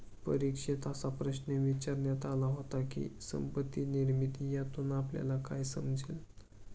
परीक्षेत असा प्रश्न विचारण्यात आला होता की, संपत्ती निर्मिती यातून आपल्याला काय समजले?